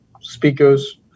speakers